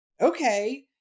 okay